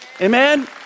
Amen